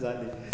जालें